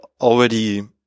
already